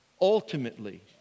ultimately